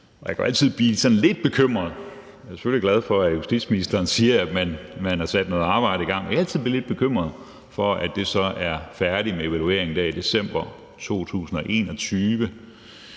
i gang. Men jeg er lidt bekymret for, at det så er færdigt med evalueringen der i december 2021.